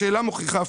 השאלה מוכיחה הפוך.